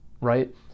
right